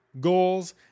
goals